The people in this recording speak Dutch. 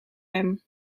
hem